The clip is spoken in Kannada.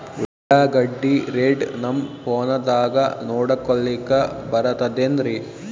ಉಳ್ಳಾಗಡ್ಡಿ ರೇಟ್ ನಮ್ ಫೋನದಾಗ ನೋಡಕೊಲಿಕ ಬರತದೆನ್ರಿ?